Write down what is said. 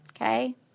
okay